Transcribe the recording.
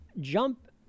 jump